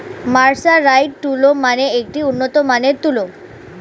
mercerised তুলো মানে একটি উন্নত মানের তুলো